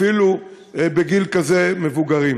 אפילו בגיל כזה מבוגר.